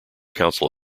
council